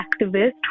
activist